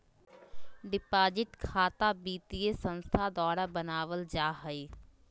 deposit खता वित्तीय संस्थान द्वारा बनावल जा हइ